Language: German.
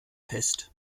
fest